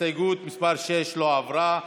הסתייגות מס' 6 לא עברה.